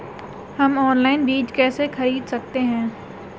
हम ऑनलाइन बीज कैसे खरीद सकते हैं?